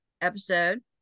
episode